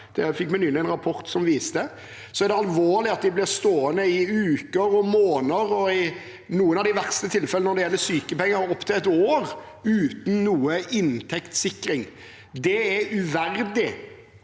det fikk vi nylig en rapport som viste – blir de stående i uker og måneder og i noen av de verste tilfellene når det gjelder sykepenger, opptil ett år uten noen inntektssikring. Det er uverdig